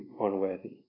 unworthy